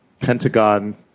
Pentagon